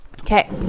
okay